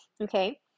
Okay